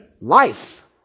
life